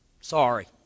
Sorry